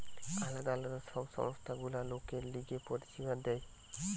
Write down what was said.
আলদা আলদা সব সংস্থা গুলা লোকের লিগে পরিষেবা দেয়